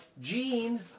Gene